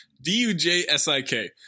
D-U-J-S-I-K